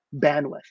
bandwidth